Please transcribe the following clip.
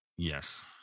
Yes